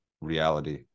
reality